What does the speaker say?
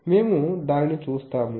మేము దానిని చూస్తాము